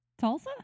Tulsa